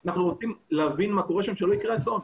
רוצים להבין מה קורה שם, כדי שלא יקרה אסון.